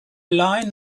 line